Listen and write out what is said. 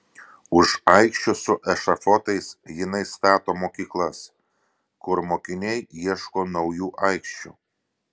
už aikščių su ešafotais jinai stato mokyklas kur mokiniai ieško naujų aikščių